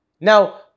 Now